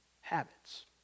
habits